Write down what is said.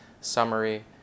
summary